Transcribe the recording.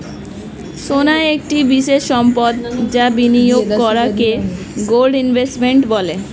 সোনা একটি বিশেষ সম্পদ যা বিনিয়োগ করাকে গোল্ড ইনভেস্টমেন্ট বলে